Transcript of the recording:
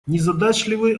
незадачливый